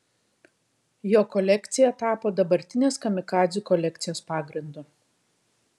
jo kolekcija tapo dabartinės kamikadzių kolekcijos pagrindu